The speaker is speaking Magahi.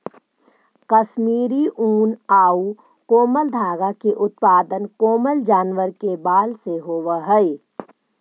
कश्मीरी ऊन आउ कोमल धागा के उत्पादन कोमल जानवर के बाल से होवऽ हइ